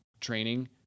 training